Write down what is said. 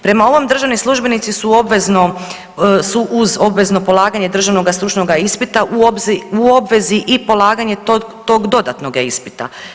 Prema ovom državni službenici su obvezno, su uz obvezno polaganje državnoga stručnog ispita u obvezi i polaganja tog dodatnoga ispita.